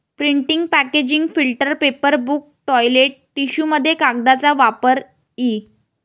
printing packaging filter paper book toilet टिश्यूमध्ये कागदाचा वापर इ